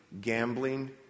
gambling